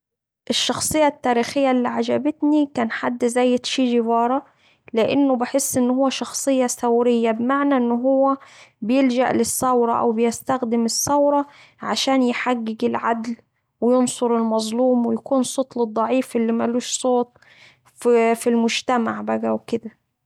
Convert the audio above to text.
الشخصية التاريخية اللي عجبتني كان حد زي تشي جيفارا لأنه بحس أنه شخصية ثورية بمعنى أنه هو بيلجأ للثورة أو بيستخدم الثورة عشان يحقق العدل وينصر المظلوم ويكون صوت للضعيف اللي مالوش صوت ف في المجتمع بقا وكدا.